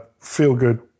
feel-good